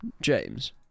James